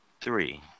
Three